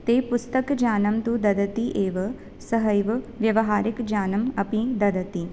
ते पुस्तकज्ञानं तु ददति एव सहैव व्यवहारिकज्ञानम् अपि ददति